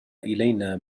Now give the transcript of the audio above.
إلينا